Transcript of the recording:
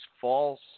false